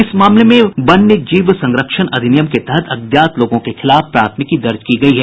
इस मामले में वन्य जीव संरक्षण अधिनियम के तहत अज्ञात लोगों के खिलाफ प्राथमिकी दर्ज करायी गयी है